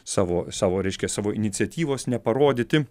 savo savo reiškia savo iniciatyvos neparodyti